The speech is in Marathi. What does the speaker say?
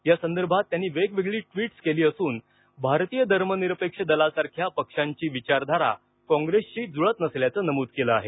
या संदर्भात त्यांनी वेगवेगळी ट्वीट्स केली असून भारतीय धर्मनिरपेक्ष दलासारख्या पक्षांची विचारधारा कॉंग्रेसशी जुळत नसल्याचं नमूद केलं आहे